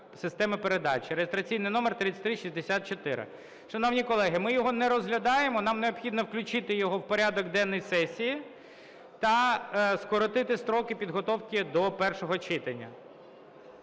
системи передачі) (реєстраційний номер 3364). Шановні колеги, ми його не розглядаємо, нам необхідно включити його в порядок денний сесії та скоротити строки підготовки до першого читання.